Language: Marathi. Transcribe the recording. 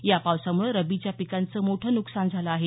या पावसामुळे रब्बीच्या पिकांचं मोठं नुकसान झालं आहे